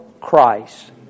Christ